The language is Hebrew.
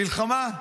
מלחמה,